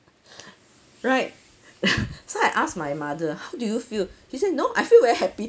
right so I asked my mother how do you feel she say no I feel very happy